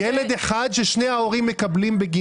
אלא שתהיה הוראה ברורה שיתום לא צריך להיכנס לתא המשפחתי,